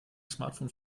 smartphone